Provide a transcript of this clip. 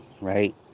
right